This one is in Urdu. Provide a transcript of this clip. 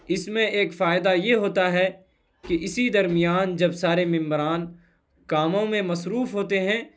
اس میں ایک فائدہ یہ ہوتا ہے کہ اسی درمیان جب سارے ممبران کاموں میں مصروف ہوتے ہیں